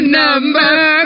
number